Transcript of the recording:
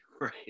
right